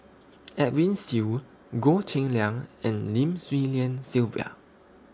Edwin Siew Goh Cheng Liang and Lim Swee Lian Sylvia